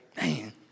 Man